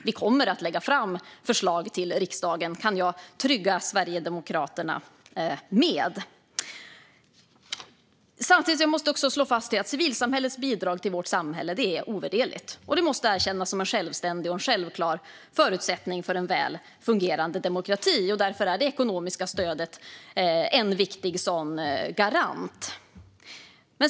Vi kommer att lägga fram förslag för riksdagen - där kan Sverigedemokraterna känna sig trygga. Samtidigt jag slå fast att civilsamhällets bidrag till vårt samhälle är ovärderligt. Det måste erkännas som en självständig och självklar förutsättning för en väl fungerande demokrati. Därför är det ekonomiska stödet en viktig garant.